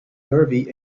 derby